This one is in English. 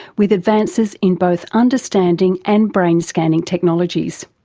with advances in both understanding and brain scanning technologies.